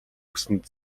үсэнд